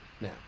now